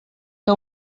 que